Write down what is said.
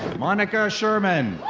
monica schirmann.